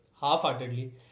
half-heartedly